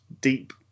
deep